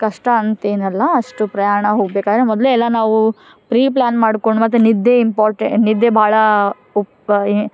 ಕಷ್ಟ ಅಂತೇನಲ್ಲ ಅಷ್ಟು ಪ್ರಯಾಣ ಹೋಗಬೇಕಾದ್ರೆ ಮೊದಲೇ ಎಲ್ಲ ನಾವು ಪ್ರೀಪ್ಲ್ಯಾನ್ ಮಾಡ್ಕೊಂಡು ಮತ್ತು ನಿದ್ದೆ ಇಂಪಾರ್ಟೇ ನಿದ್ದೆ ಭಾಳ ಉಪ್ಪಾಯಿ